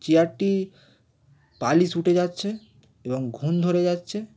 চেয়ারটি পালিশ উঠে যাচ্ছে এবং ঘুণ ধরে যাচ্ছে